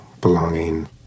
belonging